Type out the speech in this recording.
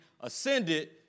ascended